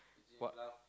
what